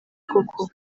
koko